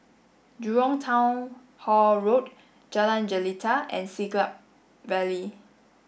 Jurong Town Hall Road Jalan Jelita and Siglap Valley